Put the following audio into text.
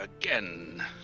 again